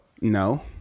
no